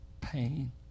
pain